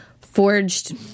forged